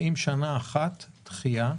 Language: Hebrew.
האם שנה אחת של דחייה תספיק?